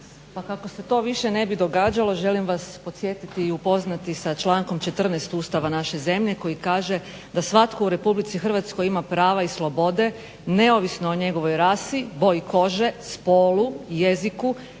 Pa kako se to više ne bi događalo želim vas podsjetiti i upoznati sa člankom 14. Ustava naše zemlje koji kaže da svatko u RH ima prava i slobode neovisno o njegovoj rasi, boji kože, spolu, jeziku,